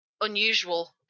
unusual